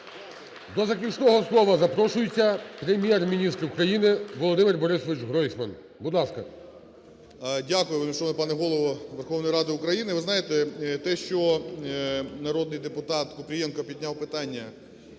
До заключного слова запрошується Прем'єр-міністр України Володимир Борисович Гройсман. Будь ласка. 11:20:47 ГРОЙСМАН В.Б. Дякую, вельмишановний пане Голово Верховної Ради України. Ви знаєте, те, що народний депутат Купрієнко підняв питання